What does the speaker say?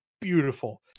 beautiful